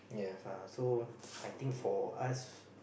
uh so I think for us